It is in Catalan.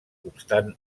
obstant